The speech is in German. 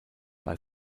bei